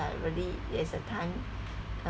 really there's a time uh